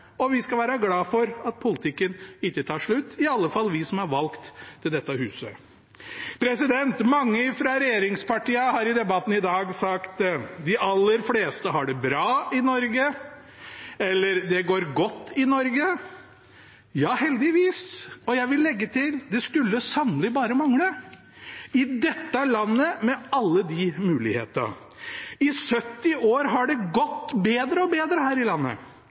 Og vi skal være glad for at politikken ikke tar slutt – i alle fall vi som er valgt til dette huset. Mange fra regjeringspartiene har i debatten i dag sagt at de aller fleste i Norge har det bra, eller det går godt i Norge. Ja, heldigvis. Og jeg vil legge til – det skulle sannelig bare mangle i dette landet med alle de mulighetene! I 70 år har det gått bedre og bedre her i landet,